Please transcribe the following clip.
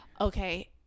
Okay